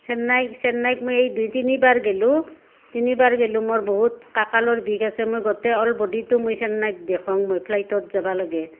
চেন্নাইক চেন্নাইক মই এই দুই তিনিবাৰ গেলোঁ তিনিবাৰ গেলোঁ মোৰ বহুত কাঁকালৰ বিষ আছে মই গোটেই অল বডিটো মই চেন্নাই দেখুৱাওঁ মই ফ্লাইটত যাবা লাগে